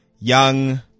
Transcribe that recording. young